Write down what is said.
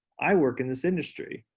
i work in this industry.